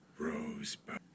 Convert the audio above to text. Rosebud